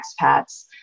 expats